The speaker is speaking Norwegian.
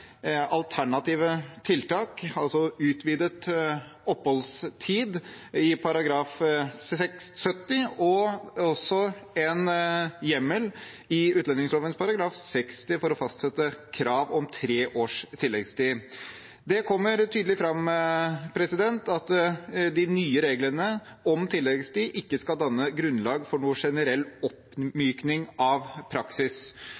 alternative tiltak, altså utvidet oppholdstid i utlendingsloven § 70 og også en hjemmel i § 60 for å fastsette krav om tre års tilleggstid. Det kommer tydelig fram at de nye reglene om tilleggstid ikke skal danne grunnlag for noen generell oppmykning av praksis.